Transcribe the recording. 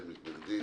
מי נגד?